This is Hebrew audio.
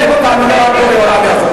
ביניכם לבינינו, תאמין לי, רק בורא עולם יעזור.